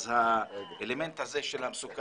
אז האלמנט הזה של המסוכנות,